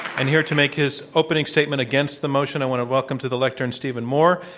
and here to make his opening sta tement against the motion, i want to welcome to the lecturn stephen moore,